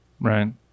Right